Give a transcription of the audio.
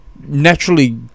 naturally